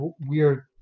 weird